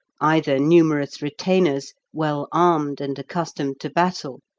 either numerous retainers well armed and accustomed to battle,